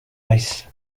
naiz